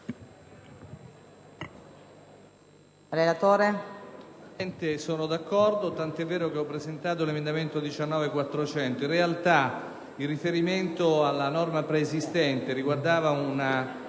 Ghedini, tant'è vero che ho presentato l'emendamento 19.400. In realtà, il riferimento alla norma preesistente riguardava cinque